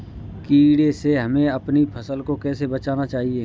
कीड़े से हमें अपनी फसल को कैसे बचाना चाहिए?